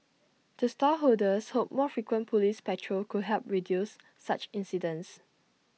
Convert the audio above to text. the stall holders hope more frequent Police patrol could help reduce such incidents